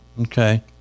okay